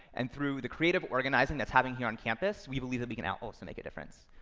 and through the creative organizing that's happening here on campus, we believe that we can now also make a difference.